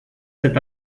cet